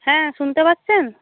হ্যাঁ শুনতে পাচ্ছেন